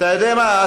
אתה יודע מה,